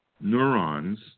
neurons